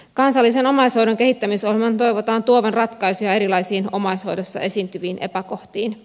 kansallisen omaishoidon kehittämisohjelman toivotaan tuovan ratkaisuja erilaisiin omaishoidossa esiintyviin epäkohtiin